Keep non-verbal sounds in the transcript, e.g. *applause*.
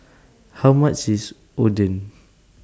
*noise* How much IS Oden